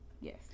Yes